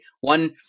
One